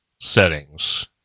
settings